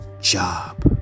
job